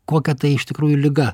kokia tai iš tikrųjų liga